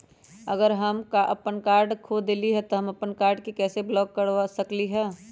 अगर हम अपन कार्ड खो देली ह त हम अपन कार्ड के कैसे ब्लॉक कर सकली ह?